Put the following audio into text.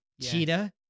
Cheetah